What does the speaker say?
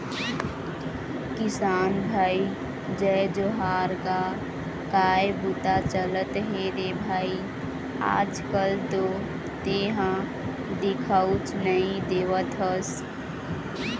किसान भाई जय जोहार गा काय बूता चलत हे रे भई आज कल तो तेंहा दिखउच नई देवत हस?